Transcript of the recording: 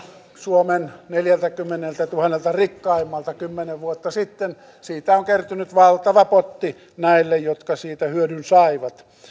suomen neljältäkymmeneltätuhannelta rikkaimmalta kymmenen vuotta sitten siitä on kertynyt valtava potti näille jotka siitä hyödyn saivat